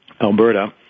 Alberta